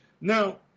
Now